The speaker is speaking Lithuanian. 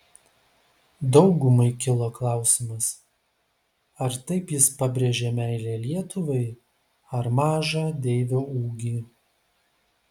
daugumai kilo klausimas ar taip jis pabrėžė meilę lietuvai ar mažą deivio ūgį